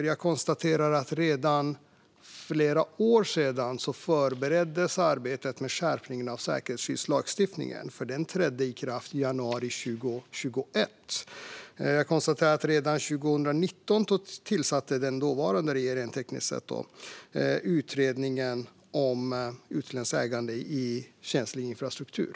Jag konstaterar att redan för flera år sedan förbereddes arbetet med skärpningen av säkerhetsskyddslagstiftningen, som ju trädde i kraft i januari 2021, och att den dåvarande regeringen redan 2019 tillsatte en utredning om utländskt ägande i känslig infrastruktur.